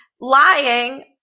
lying